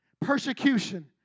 Persecution